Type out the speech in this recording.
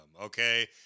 okay